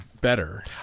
better